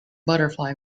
butterfly